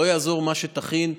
לא יעזור מה שתכין.